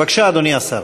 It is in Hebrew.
בבקשה, אדוני השר.